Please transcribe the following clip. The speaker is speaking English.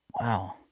Wow